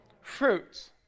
fruits